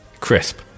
crisp